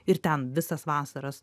ir ten visas vasaras